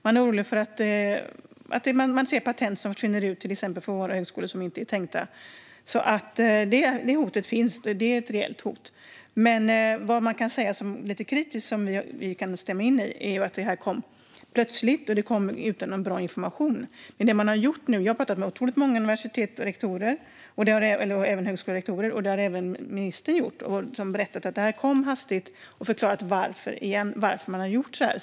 Man ser till exempel att patent försvinner ut från våra högskolor på ett sätt som det inte var tänkt. Hotet är alltså reellt. Det man kan säga som kritik, något som vi också instämmer i, är att det här kom plötsligt och utan någon bra information. Jag har talat med otroligt många rektorer på universitet och högskolor, och det har även ministern gjort. Han har också sagt att det kom hastigt men förklarat varför man har gjort så här.